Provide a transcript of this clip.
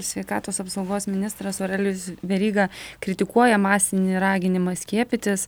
sveikatos apsaugos ministras aurelijus veryga kritikuoja masinį raginimą skiepytis